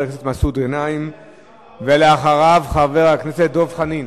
אני גאה בכל מלה שכתב מבקר המדינה.